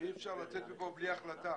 אפשר לצאת מפה בלי החלטה.